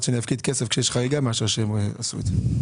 שאפקיד כסף כשיש חריגה מאשר שהם עשו את זה.